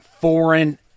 foreign